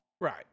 Right